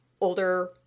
older